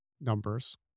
numbers